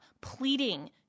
pleading